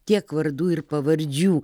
tiek vardų ir pavardžių